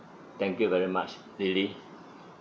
thank you very much lily